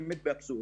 בוקר טוב.